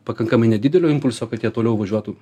pakankamai nedidelio impulso kad jie toliau važiuotų